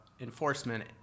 enforcement